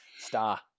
star